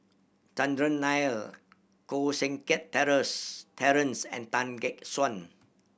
Chandran Nair Koh Seng Kiat Terence and Tan Gek Suan